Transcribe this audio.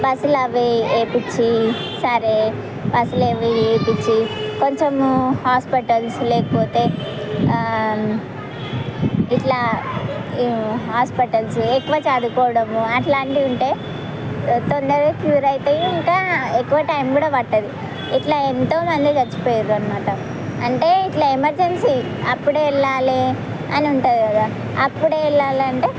బస్సులు అవి వేయించి సరే బస్సులు అవి వేయించి కొంచము హాస్పిటల్స్ లేకపోతే ఇట్లా హాస్పిటల్స్ ఎక్కువ చదువుకోవడము అలాంటివి ఉంటే తొందరగా క్యూర్ అవుతుంది ఇంకా ఎక్కువ టైం కూడా పట్టదు ఇట్లా ఎంతోమంది చచ్చిపోయిర్రు అన్నమాట అంటే ఇట్లా ఎమర్జెన్సీ అప్పుడే వెళ్ళాలి అని ఉంటాయి కదా అప్పుడే వెళ్ళాలి అంటే